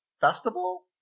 festival